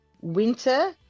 Winter